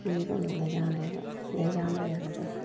ठीक होंदियां जाने ब नेईं जान होएआ कदें